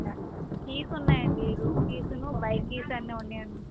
keys ఉన్నాయండీ room కీసును bike keys అన్నీ ఉన్నాయండీ